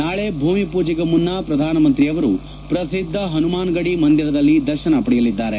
ನಾಳೆ ಭೂಮಿ ಪೂಜೆಗೂ ಮುನ್ನ ಪ್ರಧಾನಮಂತ್ರಿಯವರು ಪ್ರಸಿದ್ಧ ಪನುಮಾನ್ಗಡಿ ಮಂದಿರಲದಲಿ ದರ್ಶನ ಪಡೆಯಲಿದ್ದಾರೆ